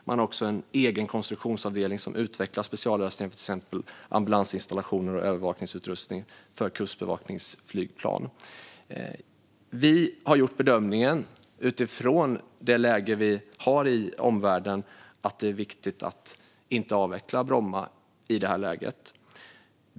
Man har också en egen konstruktionsavdelning som utvecklar speciallösningar för exempelvis ambulansinstallationer och övervakningsutrustning för kustbevakningsflygplan. Vi har gjort bedömningen, utifrån det läge vi har i omvärlden, att det är viktigt att inte avveckla Bromma i det här läget.